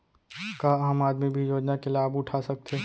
का आम आदमी भी योजना के लाभ उठा सकथे?